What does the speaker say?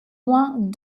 moins